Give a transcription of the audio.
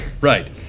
Right